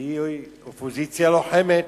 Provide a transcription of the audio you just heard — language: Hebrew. כי היא אופוזיציה לוחמת,